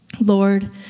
Lord